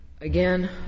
again